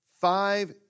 five